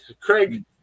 Craig